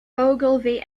ogilvy